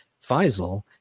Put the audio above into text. Faisal